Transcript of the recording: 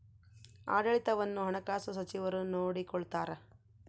ಆಡಳಿತವನ್ನು ಹಣಕಾಸು ಸಚಿವರು ನೋಡಿಕೊಳ್ತಾರ